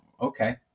Okay